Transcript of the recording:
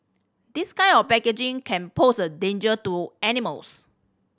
this kind of packaging can pose a danger to animals